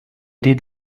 did